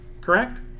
Correct